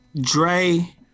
Dre